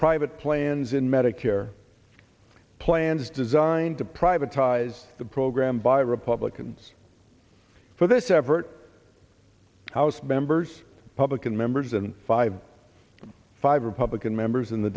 private plans in medicare plans designed to privatized the program by republicans for this effort house members public and members and five five republican members in the